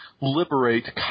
liberate